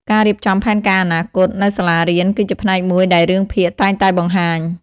ការរៀបចំផែនការអនាគត នៅសាលារៀនគឺជាផ្នែកមួយដែលរឿងភាគតែងតែបង្ហាញ។